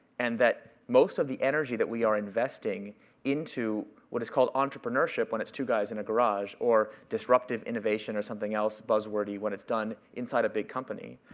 and that most of the energy that we are investing into what is called entrepreneurship, when it's two guys in a garage, or disruptive innovation or something else buzzwordy when it's done inside a big company,